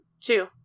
Two